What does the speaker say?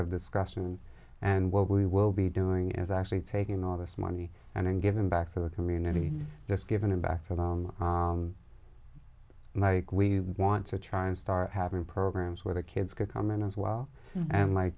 of discussion and what we will be doing is actually taking all this money and giving back to the community just given him back to the mike we want to try and start having programs where the kids could comment as well and